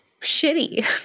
shitty